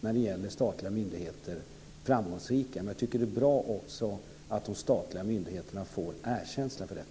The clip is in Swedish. när det gäller statliga myndigheter vara framgångsrika. Jag tycker också att det är bra att de statliga myndigheterna får erkänsla för detta.